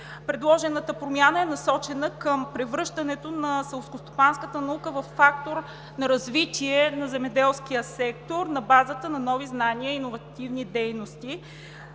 Предложената промяна е насочена към превръщането на селскостопанската наука във фактор на развитие на Земеделския сектор на базата на нови знания и иновативни дейности